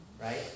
right